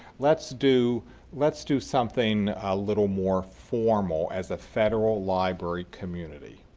let's do let's do something a little more formal as a federal library community.